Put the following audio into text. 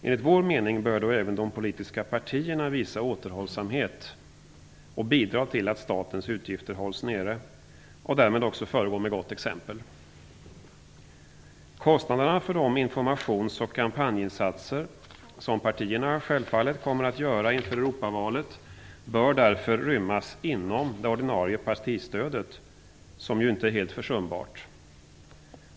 Enligt vår mening bör då även de politiska partierna visa återhållsamhet och bidra till att statens utgifter hålls nere och därmed också föregå med gott exempel. Kostnaderna för de informations och kampanjinsatser som partierna självfallet kommer att göra inför Europavalet bör därför rymmas inom det ordinarie partistödet, som inte är helt försumbart.